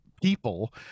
people